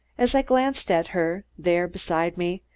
as i glanced at her, there beside me,